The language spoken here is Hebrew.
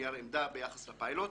נייר עמדה ביחס לפיילוט.